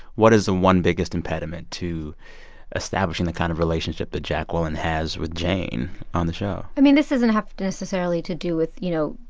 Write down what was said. what is the one biggest impediment to establishing the kind of relationship that jacqueline has with jane on the show? i mean, this doesn't have to necessarily to do with, you know,